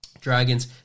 dragons